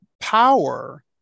power